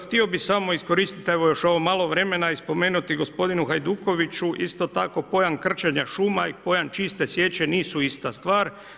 Htio bih samo iskoristiti evo još ovo malo vremena i spomenuti gospodinu Hajdukoviću isto tako pojam krčenja šuma i pojam čiste sječe nisu ista stvar.